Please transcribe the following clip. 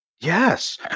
yes